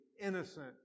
innocent